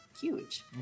huge